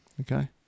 Okay